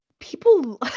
People